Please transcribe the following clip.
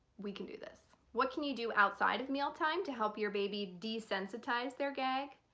we can do this. what can you do outside of mealtime to help your baby desensitize their gag?